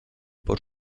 por